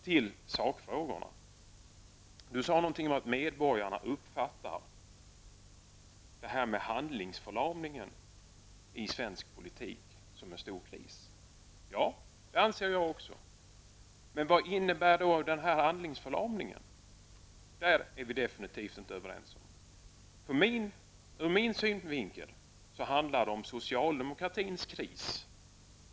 Till sakfrågorna: Olle Svensson sade någonting om att medborgarna uppfattar handlingsförlamningen i svensk politik som en stor kris. Ja, det anser jag också. Men vad innebär handlingsförlamningen? Det är vi definitivt inte överens om. Ur min synvinkel handlar det om socialdemokratins kris.